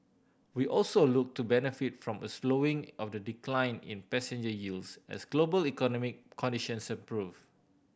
we also look to benefit from a slowing of the decline in passenger yields as global economic conditions improve